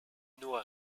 nur